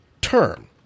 term